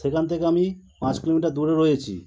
সেখান থেকে আমি পাঁচ কিলোমিটার দূরে রয়েছি